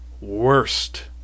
Worst